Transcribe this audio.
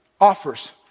offers